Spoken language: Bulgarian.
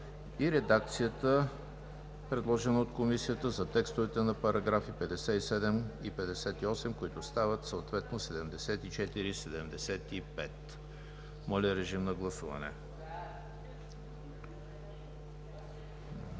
и редакцията, предложена от Комисията, за текстовете на параграфи 57 и 58, които стават съответно параграфи 74 и 75. Гласували